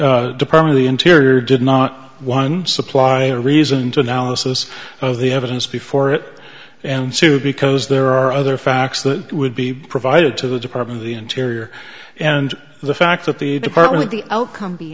the department of interior did not one supply a reason to analysis of the evidence before it and soon because there are other facts that would be provided to the department of the interior and the fact that the department the outcome be